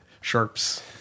Sharps